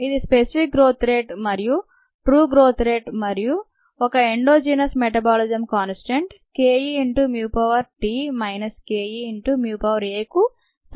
ఇదిస్పెసిఫిక్ growth rate మరియు true growth rate మరియు ఒక endogenous metabolism constant ke μT minus ke μAకు సమానం అవుతుంది